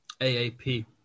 AAP